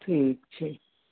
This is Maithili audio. ठीक छै